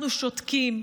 אנחנו שותקים.